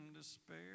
despair